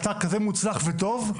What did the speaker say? אתה כזה מוצלח וטוב,